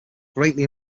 greatly